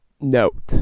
Note